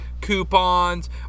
coupons